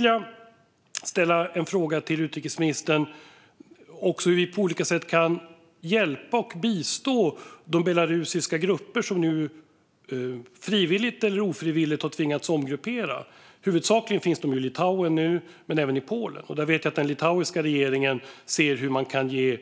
Jag undrar också hur vi på olika sätt kan hjälpa och bistå de belarusiska grupper som frivilligt eller ofrivilligt har behövt omgruppera. Huvudsakligen finns de i Litauen, men de finns även i Polen. Jag vet att den litauiska regeringen ser hur man kan ge